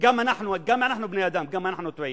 גם אנחנו בני-אדם, גם אנחנו טועים.